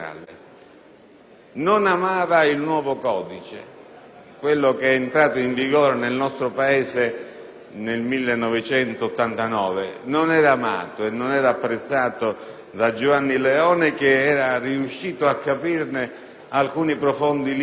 Non amava il nuovo codice, quello che è entrato in vigore nel nostro Paese nel 1989; esso non era amato e non era apprezzato da Giovanni Leone, che era riuscito a capirne alcuni profondi limiti,